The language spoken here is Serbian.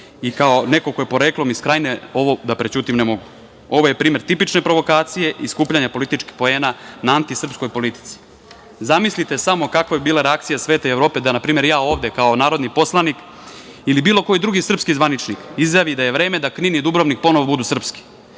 i kao neko ko je poreklom iz Krajine ovo da prećutim ne mogu. Ovo je primer tipične provokacije i skupljanja političkih poena na antisrpskoj politici. Zamislite samo kakva bi bila reakcija sveta i Evrope da, na primer, ja ovde kao narodni poslanik ili bilo koji drugi srpski zvaničnik izjavi da je vreme da Knin i Dubrovnik ponovo budu srpski